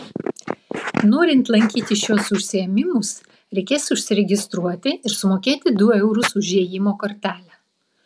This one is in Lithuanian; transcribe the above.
norint lankyti šiuos užsiėmimus reikės užsiregistruoti ir sumokėti du eurus už įėjimo kortelę